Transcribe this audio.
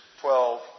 twelve